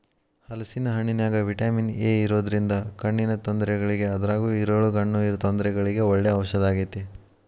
ಹಲೇಸಿನ ಹಣ್ಣಿನ್ಯಾಗ vitamin A ಇರೋದ್ರಿಂದ ಕಣ್ಣಿನ ತೊಂದರೆಗಳಿಗೆ ಅದ್ರಗೂ ಇರುಳುಗಣ್ಣು ತೊಂದರೆಗಳಿಗೆ ಒಳ್ಳೆ ಔಷದಾಗೇತಿ